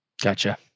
Gotcha